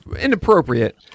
inappropriate